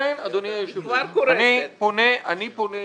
לכן אדוני היושב ראש, אני פונה אליך.